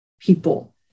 people